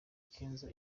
kenzo